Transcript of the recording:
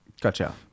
Gotcha